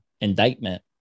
indictment